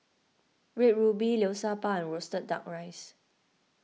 Red Ruby Liu Sha Bao and Roasted Duck Rice